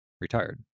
retired